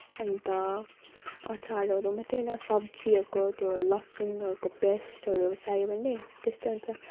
अन्त अचारहरू मात्रै होइन सब्जीहरूको त्यो लसुनहरूको पेस्टहरू चाहियो भने त्यस्तो हुन्छ